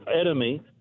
enemy